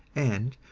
and,